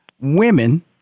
women